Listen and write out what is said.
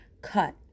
cut